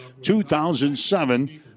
2007